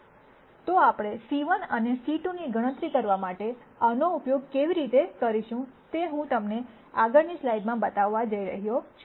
તો આપણે c1 અને c2 ની ગણતરી કરવા માટે આનો ઉપયોગ કેવી રીતે કરીશું તે હું તમને આગળની સ્લાઇડ્સમાં બતાવવા જઇ રહ્યો છું